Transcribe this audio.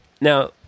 now